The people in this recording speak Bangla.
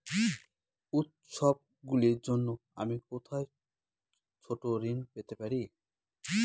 উত্সবগুলির জন্য আমি কোথায় ছোট ঋণ পেতে পারি?